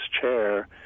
chair